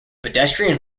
pedestrian